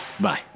Bye